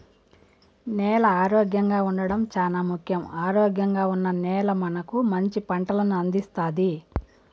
నేల ఆరోగ్యంగా ఉండడం చానా ముఖ్యం, ఆరోగ్యంగా ఉన్న నేల మనకు మంచి పంటలను అందిస్తాది